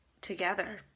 together